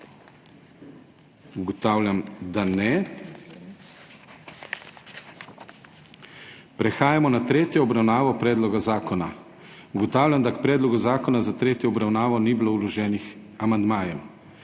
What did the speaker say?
Ugotavljam, da ne. Prehajamo na tretjo obravnavo Predloga zakona. Ugotavljam, da k predlogu zakona za tretjo obravnavo ni bilo vloženih amandmajev.